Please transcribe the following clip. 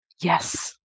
yes